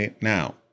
Now